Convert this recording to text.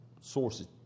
sources